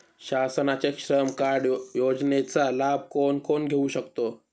शासनाच्या श्रम कार्ड योजनेचा लाभ कोण कोण घेऊ शकतो?